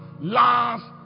last